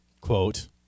quote